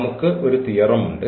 നമുക്ക് ഒരു തിയരമുണ്ട്